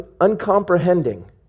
uncomprehending